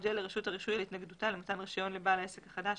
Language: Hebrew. להודיע לרשות הרישוי על התנגדותה למתן רישיון לבעל העסק החדש,